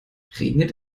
regnet